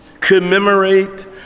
commemorate